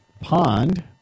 pond